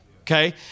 Okay